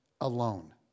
alone